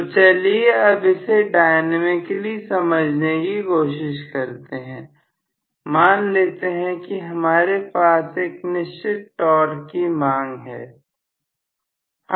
तो चलिए अब इसे डायनामिकली समझने की कोशिश करते हैं मान लेते हैं कि हमारे पास एक निश्चित टॉर्क की मांग है